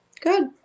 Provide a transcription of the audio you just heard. Good